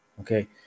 okay